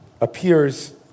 appears